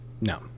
no